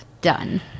done